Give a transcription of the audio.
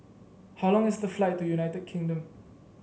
how long is the flight to United Kingdom